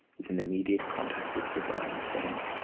is in immediate contact with divine things,